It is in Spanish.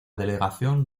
delegación